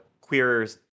queers